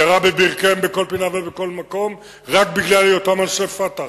ירה בברכיהם בכל פינה ובכל מקום רק בגלל היותם אנשי "פתח",